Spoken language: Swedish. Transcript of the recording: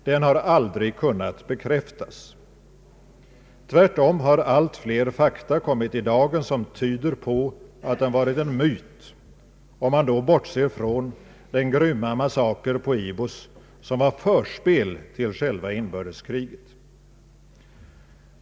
Den har aldrig kunnat bekräftas. Tvärtom har allt fler fakta kommit i dagen, vilka tyder på att den varit en myt, om man då bortser från den grymma massaker på ibos som var förspelet till själva inbördeskriget.